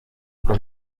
los